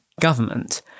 government